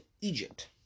Egypt